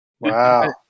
Wow